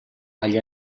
agli